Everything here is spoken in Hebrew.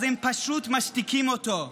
הם פשוט משתיקים אותו,